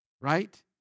Right